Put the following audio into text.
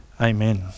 Amen